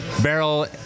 barrel